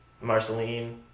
Marceline